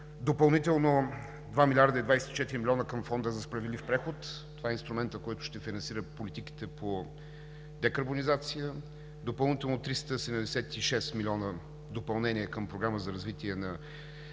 допълнително 2 млрд. 24 млн. евро към Фонда за справедлив преход – това е инструментът, който ще финансира политиките по декарбонизация; 376 милиона допълнение към Програмата за развитие на